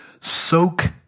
soak